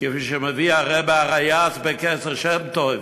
כפי שמביא הרעבע הריי"צ ב"כתר שם טוב",